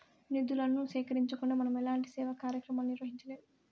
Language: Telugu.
నిధులను సేకరించకుండా మనం ఎలాంటి సేవా కార్యక్రమాలను నిర్వహించలేము